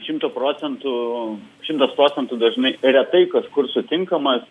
šimtu procentų šimtas procentų dažnai retai kas kur sutinkamas